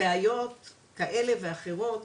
בעיות כאלה ואחרות,